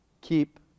keep